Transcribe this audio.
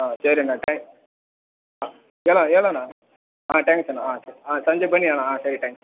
ಹಾಂ ಸರಿ ಅಣ್ಣ ಟ್ಯಾ ಹಾಂ ಹೇಳಿ ಹೇಳಣ್ಣ ಹಾಂ ಟ್ಯಾಂಗ್ಸ್ ಅಣ್ಣ ಹಾಂ ಸ್ ಹಾಂ ಸಂಜೆ ಬನ್ನಿ ಅಣ್ಣ ಹಾಂ ಸರಿ ಟ್ಯಾಂಕ್ಸ್